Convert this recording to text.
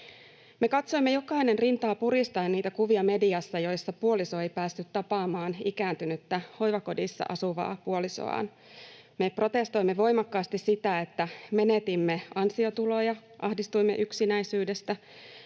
Me katsoimme jokainen rintaa puristaen niitä kuvia mediassa, joissa puoliso ei päässyt tapaamaan ikääntynyttä hoivakodissa asuvaa puolisoaan. Me protestoimme voimakkaasti sitä, että menetimme ansiotuloja, ahdistuimme yksinäisyydestä,